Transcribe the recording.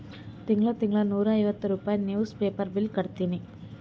ತಿಂಗಳಾ ತಿಂಗಳಾ ನೂರಾ ಐವತ್ತ ರೂಪೆ ನಿವ್ಸ್ ಪೇಪರ್ ಬಿಲ್ ಕಟ್ಟತ್ತಿನಿ